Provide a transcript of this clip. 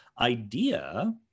idea